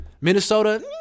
Minnesota